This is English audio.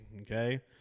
Okay